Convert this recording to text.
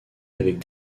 avec